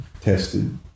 tested